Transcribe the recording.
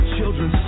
Children